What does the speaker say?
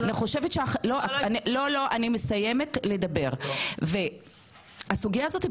הסוגיה הזו,